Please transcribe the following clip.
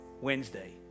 Wednesday